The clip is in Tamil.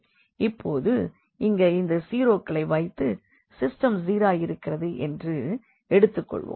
இப்போது இங்கே இந்த ஜீரோக்களை வைத்து சிஸ்டம் சீராயிருக்கிறது என்று எடுத்துக்கொள்வோம்